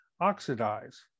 oxidize